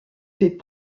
fait